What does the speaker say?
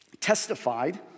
testified